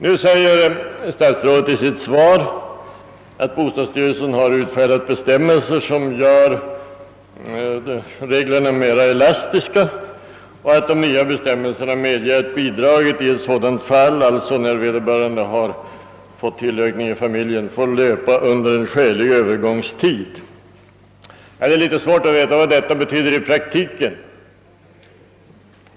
Statsrådet framhåller i sitt svar att bostadsstyrelsen har utfärdat bestämmelser som gör reglerna mera elastiska. »De nya bestämmelserna», säger statsrådet, »medger att bidraget i ett sådant fall» — alltså när vederbörande har fått tillökning i familjen — »får löpa under en skälig övergångstid.» Det är litet svårt att veta vad detta innebär i praktiken.